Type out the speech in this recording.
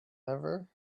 never